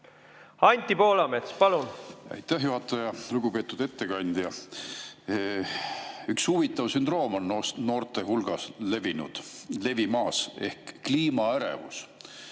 Anti Poolamets, palun! Aitäh, juhataja! Lugupeetud ettekandja! Üks huvitav sündroom on noorte hulgas levinud või levimas, nimelt kliimaärevus.